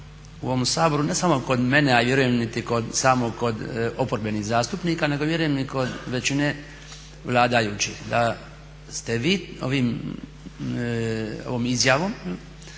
u ovom Saboru, ne samo kod mene a vjerujem niti samo kod oporbenih zastupnika nego vjerujem i kod većine vladajućih da ste vi ovom izjavom